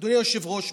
אדוני היושב-ראש,